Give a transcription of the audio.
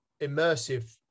immersive